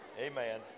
Amen